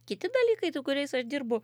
kiti dalykai kuriais aš dirbu